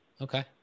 Okay